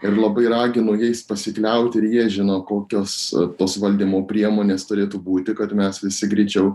ir labai raginu jais pasikliauti ir jie žino kokios tos valdymo priemonės turėtų būti kad mes visi greičiau